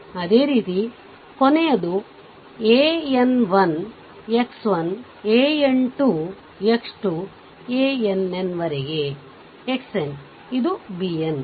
ಅದೇ ರೀತಿ ಕೊನೆಯದು an 1 x 1 an 2 x 2 ann ವರೆಗೆ xn ಇದು bn